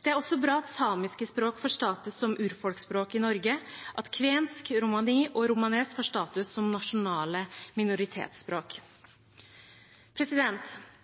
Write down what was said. Det er også bra at samiske språk får status som urfolksspråk i Norge, og at kvensk, romani og romanes får status som nasjonale minoritetsspråk.